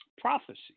Prophecy